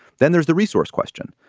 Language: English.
then there's the resource question.